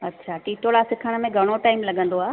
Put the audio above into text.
अछा टिटोडा सिखण में घणो टाइम लॻंदो आहे